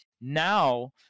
now